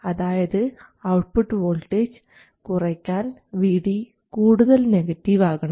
അതായത് output voltage കുറയ്ക്കാൻ Vd കൂടുതൽ നെഗറ്റീവ് ആക്കണം